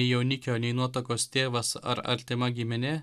jaunikio nei nuotakos tėvas ar artima giminė